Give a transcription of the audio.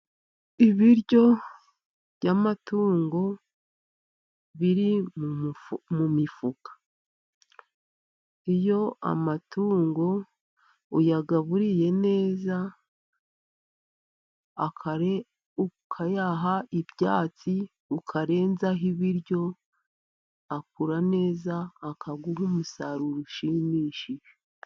Ibiryo by'amatungo biri mu mifuka, iyo amatungo uyagaburiye neza ukayaha ibyatsi ukarenzaho ibiryo akura neza akaguha umusaruro ushimishije.